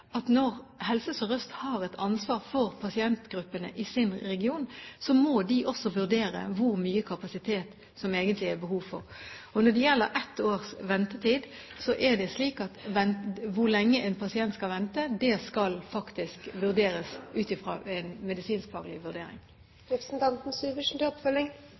at når Helse Sør-Øst har et ansvar for pasientgruppene i sin region, må de også vurdere hvor mye kapasitet som det egentlig er behov for. Når det gjelder ett års ventetid, er det slik at hvor lenge en pasient skal vente, skal bestemmes ut fra en medisinsk-faglig vurdering. Dobbeltdiagnoseinstitusjonen Manifestsenteret har denne lange ventetiden, men de får altså heller ikke lov til